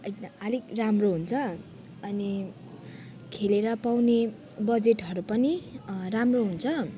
अलिक राम्रो हुन्छ अनि खेलेर पाउने बजेटहरू पनि राम्रो हुन्छ